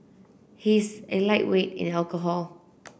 he is a lightweight in alcohol